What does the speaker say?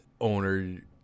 owner